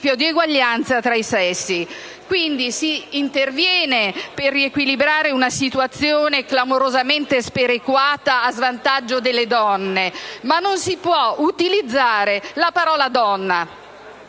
Quindi, si interviene per riequilibrare una situazione clamorosamente sperequata a svantaggio delle donne, ma non si può utilizzare la parola donna